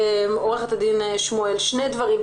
עורכת הדין שמואל אנחנו מנסים להבין שני דברים.